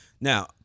Now